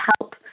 help